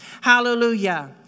Hallelujah